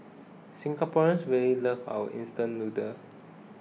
Singaporeans really love our instant noodles